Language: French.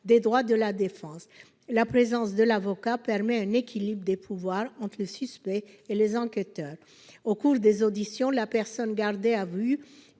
des droits de la défense. La présence d'un avocat permet un équilibre des pouvoirs entre le suspect et les enquêteurs. Au cours des auditions, la personne gardée à vue